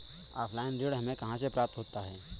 Offline ऋण हमें कहां से प्राप्त होता है?